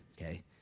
okay